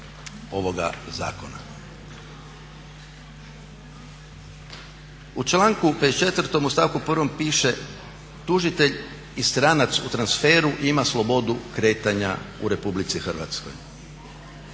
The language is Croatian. ovoga zakona. U članku 54.u stavku 1.piše tužitelj i stranac u transferu ima slobodu kretanja u RH.